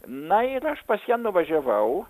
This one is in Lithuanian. na ir aš pas ją nuvažiavau